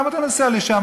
למה אתה נוסע לשם?